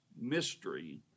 mystery